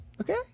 okay